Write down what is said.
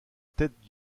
tête